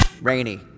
Rainy